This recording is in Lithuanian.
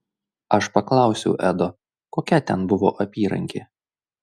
aš paklausiau edo kokia ten buvo apyrankė